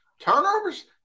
Turnovers